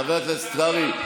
חבר הכנסת קרעי,